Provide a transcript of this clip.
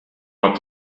hat